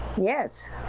Yes